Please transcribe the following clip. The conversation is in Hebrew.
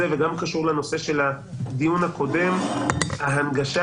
וגם קשור לנושא של הדיון הקודם ההנגשה,